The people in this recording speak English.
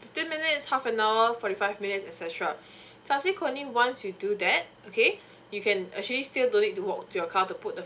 fifteen minutes half an hour forty five minutes etcetera subsequently once you do that okay you can actually still don't need to walk your car to put the